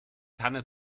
tanne